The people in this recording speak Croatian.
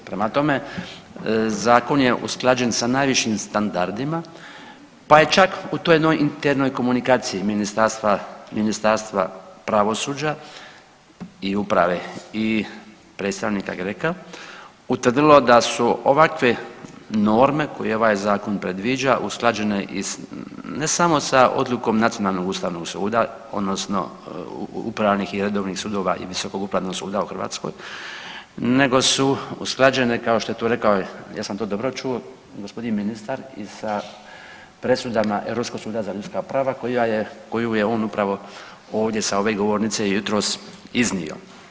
Prema tome, Zakon je usklađen sa najvišim standardima, pa je čak u toj jednoj internoj komunikaciji Ministarstva pravosuđa i uprave i predstavnika GRECO-a utvrdilo da su ovakve norme koje ovaj Zakon predviđa usklađeni i s, ne samo sa odlukom nacionalnog Ustavnog suda, odnosno upravnih i redovnih sudova i Visokog upravnog suda u Hrvatskoj, nego su usklađene, kao što je to rekao, jesam to dobro čuo, g. ministar i sa presudama Europskog suda za ljudska prava koju je on upravo ovdje sa ove govornice jutros iznio.